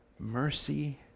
mercy